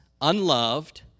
Unloved